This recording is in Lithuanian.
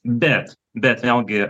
bet bet vėlgi